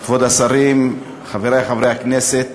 אדוני היושב-ראש, כבוד השרים, חברי חברי הכנסת,